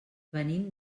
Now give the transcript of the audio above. venim